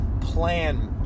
plan